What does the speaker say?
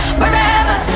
wherever